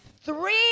three